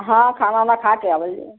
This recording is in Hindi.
हाँ खाना वाना खा के आवल जाई